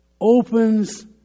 opens